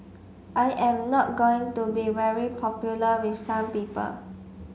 I am not going to be very popular with some people